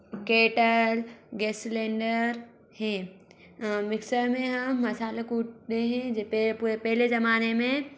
kettle gas cylinder है mixer में हम मसाला कूटते हें जिपे पूरे पहले ज़माने में